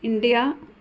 India